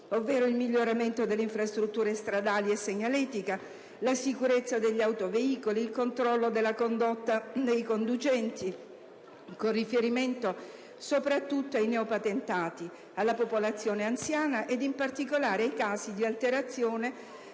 ovvero: miglioramento delle infrastrutture stradali e della segnaletica; sicurezza degli autoveicoli; controllo della condotta dei conducenti, con riferimento soprattutto ai neopatentati, alla popolazione anziana e, in particolare, ai casi di alterazione